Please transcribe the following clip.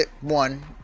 one